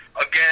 Again